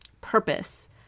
purpose